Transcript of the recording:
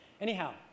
anyhow